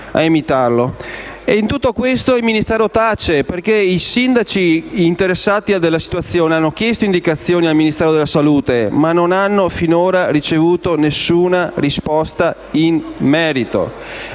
In tutto questo il Ministero tace: i sindaci interessati alla situazione hanno chiesto indicazioni al Ministero della salute, ma finora non hanno ricevuto nessuna risposta in merito.